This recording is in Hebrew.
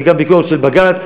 וגם ביקורת של בג"ץ,